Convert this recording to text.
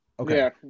Okay